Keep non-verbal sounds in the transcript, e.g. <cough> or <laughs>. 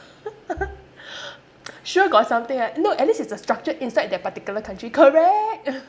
<laughs> sure got something right no at least it's a structure inside that particular country correct